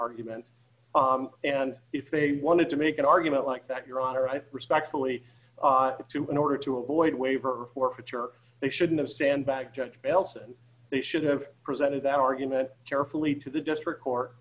argument and if they wanted to make an argument like that your honor i respectfully to in order to avoid waiver forfeiture they shouldn't have sandbagged judge belsen they should have presented that argument carefully to the district court